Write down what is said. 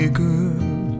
girl